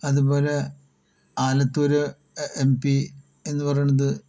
അതുപോലെ Alathur M P എന്ന് പറയണത്